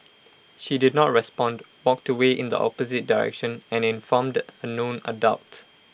she did not respond walked away in the opposite direction and informed A known adult